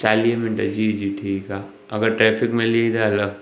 चालीह मिंट जी जी ठीकु आहे अगरि ट्रैफिक मिली त अलॻि